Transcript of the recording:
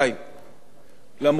אומנם, תודה לאל,